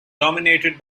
dominated